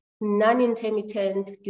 non-intermittent